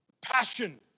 passion